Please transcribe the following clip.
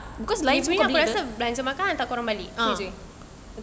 juga lah because aku rasa belanja makan atau hantar korang balik kerja tu jer